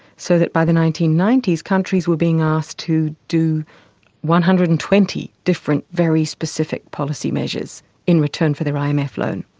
so that by the nineteen ninety s countries were being asked to do one hundred and twenty different very specific policy measures in return for their um imf loan.